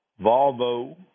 Volvo